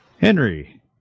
Henry